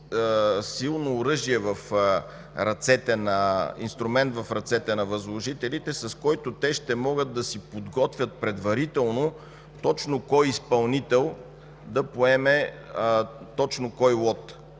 много силен инструмент в ръцете на възложителите, с който те ще могат да си подготвят предварително точно кой изпълнител да поеме точно кой лот,